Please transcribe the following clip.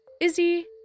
Izzy